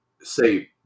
say